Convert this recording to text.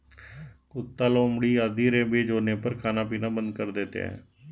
कुत्ता, लोमड़ी आदि रेबीज होने पर खाना पीना बंद कर देते हैं